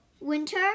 Winter